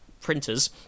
printers